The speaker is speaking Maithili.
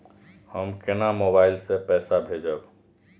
हम केना मोबाइल से पैसा भेजब?